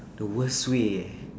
the worst way